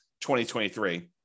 2023